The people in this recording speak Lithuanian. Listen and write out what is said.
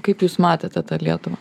kaip jūs matėte tą lietuvą